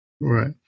right